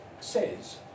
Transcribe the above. says